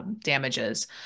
damages